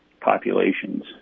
populations